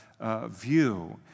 View